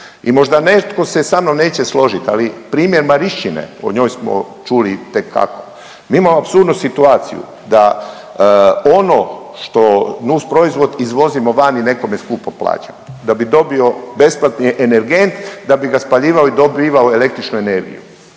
I možda sa mnom se netko neće složit, ali primjer Marišćine o njoj smo čuli itekako, mi imamo apsurdnu situaciju da ono što nusproizvod izvozimo van i nekome skupo plaćamo da bi dobio besplatni energent, da bi ga spaljivali i dobivao električnu energiju,